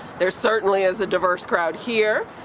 there certainly is a diverse crowd here.